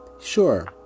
sure